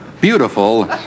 beautiful